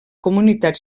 comunitat